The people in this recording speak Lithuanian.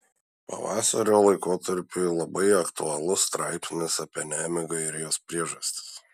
pavasario laikotarpiui labai aktualus straipsnis apie nemigą ir jos priežastis